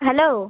hello